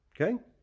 Okay